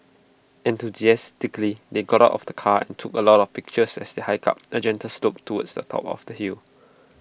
enthusiastically they got out of the car and took A lot of pictures as they hiked up the gentle slope towards the top of the hill